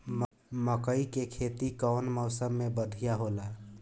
मकई के खेती कउन मौसम में बढ़िया होला?